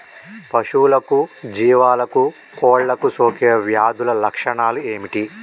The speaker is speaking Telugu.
పశువులకు జీవాలకు కోళ్ళకు సోకే వ్యాధుల లక్షణాలు ఏమిటి?